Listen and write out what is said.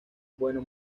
bueno